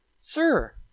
Sir